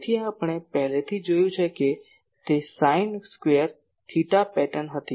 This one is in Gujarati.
તેથી આપણે પહેલેથી જ જોયું છે કે તે સાઈન સ્ક્વેર થેટા પેટર્ન હતી